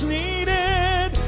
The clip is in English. needed